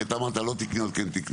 כי אתה אמרת לא תקניות, כן תקניות.